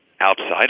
outside